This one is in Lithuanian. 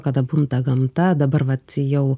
kada bunda gamta dabar vat jau